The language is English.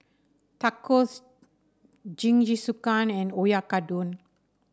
Tacos Jingisukan and Oyakodon